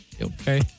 Okay